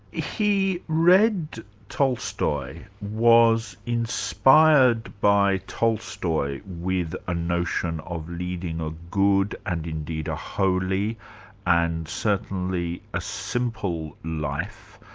he read tolstoy, was inspired by tolstoy with a notion of leading a good and indeed a holy and certainly a simple life.